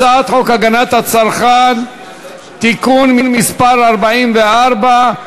הצעת חוק הגנת הצרכן (תיקון מס' 44),